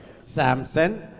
Samson